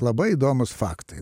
labai įdomūs faktai